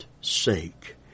sake